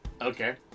Okay